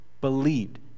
believed